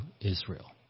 Israel